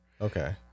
Okay